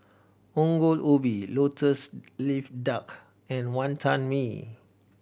Ongol Ubi Lotus Leaf Duck and Wantan Mee